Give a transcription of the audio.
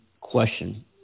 question